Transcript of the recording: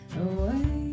away